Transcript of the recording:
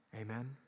Amen